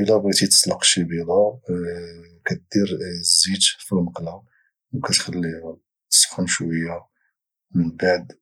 الى بغيتي تصلق شي بيضة كدير الزيت في المقلا او كتخليها تسخن شوية او من بعد